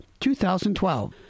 2012